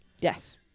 Yes